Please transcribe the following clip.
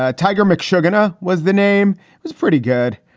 ah tiger milk. sugar was the name was pretty good.